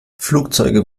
flugzeuge